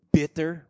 bitter